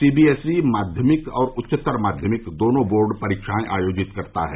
CBSE माध्यमिक और उच्चतर माध्यमिक दोनों बोर्ड परीक्षाएं आयोजित करता है